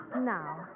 Now